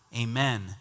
amen